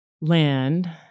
land—